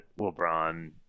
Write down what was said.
LeBron